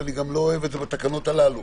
ואני גם לא אוהב את זה בתקנות הללו,